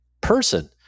person